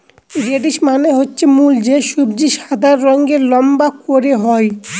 radish মানে হচ্ছে মূল যে সবজি সাদা রঙের লম্বা করে হয়